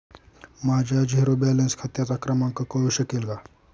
माझ्या zero balance खात्याचा क्रमांक कळू शकेल का?